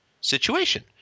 situation